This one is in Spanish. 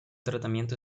tratamiento